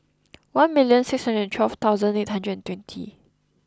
one million six hundred and twelve thousand eight hundred and twenty